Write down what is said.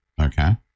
okay